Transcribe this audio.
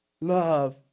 love